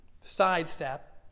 sidestep